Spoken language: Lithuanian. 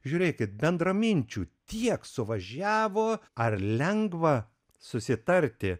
žiūrėkit bendraminčių tiek suvažiavo ar lengva susitarti